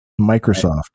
Microsoft